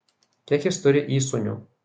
kiek jis turi įsūnių